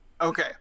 okay